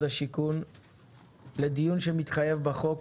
הבינוי והשיכון לדיון שמתחייב בחוק,